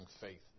faith